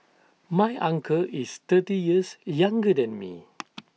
my uncle is thirty years younger than me